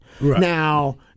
Now